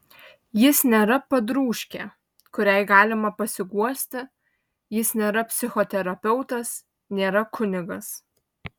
jis nėra padrūžkė kuriai galima pasiguosti jis nėra psichoterapeutas nėra kunigas